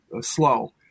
slow